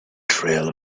trail